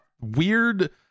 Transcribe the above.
weird